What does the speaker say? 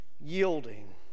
yielding